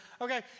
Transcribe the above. Okay